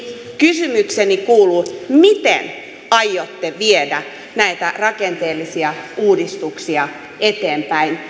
kysymykseni kuuluu miten aiotte viedä näitä rakenteellisia uudistuksia eteenpäin